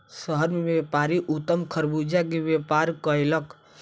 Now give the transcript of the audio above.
शहर मे व्यापारी उत्तम खरबूजा के व्यापार कयलक